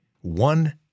One